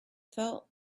felt